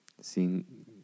seeing